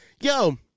Yo